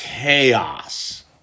chaos